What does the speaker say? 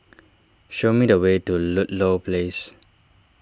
show me the way to Ludlow Place